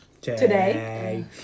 Today